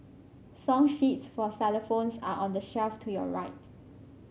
song sheets for xylophones are on the shelf to your right